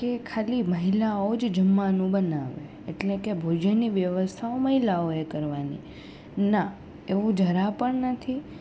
કે ખાલી મહિલાઓ જ જમવાનું બનાવે એટલે કે ભોજનની વ્યવસ્થાઓ મહિલાઓએ કરવાની ના એવું જરા પણ નથી